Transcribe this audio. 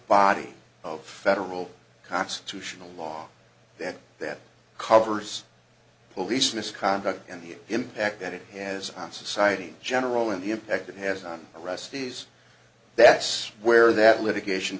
body of federal constitutional law that that covers police misconduct and the impact that it has on society in general and the impact it has on arrestees that's where that litigation